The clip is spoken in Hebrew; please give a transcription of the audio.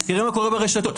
תראה מה קורה ברשתות.